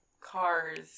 cars